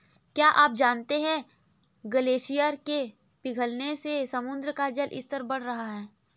क्या आप जानते है ग्लेशियर के पिघलने से समुद्र का जल स्तर बढ़ रहा है?